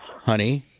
Honey